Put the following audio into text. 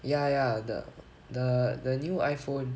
ya ya the the the new iphone